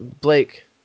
Blake